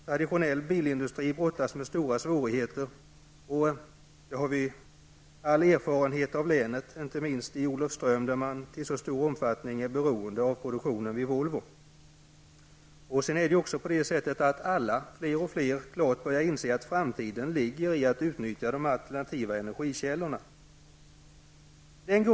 Traditionell bilindustri brottas med stora svårigheter, vilket vi har stor erfarenhet av i länet, inte minst i Olofström, där men till stor del är beroende av produktionen vid Volvo. Och fler och fler börjar klart inse att framtiden ligger i att utnyttja de alternativa energikällorna.